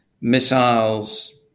missiles